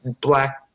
black